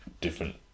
different